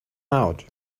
out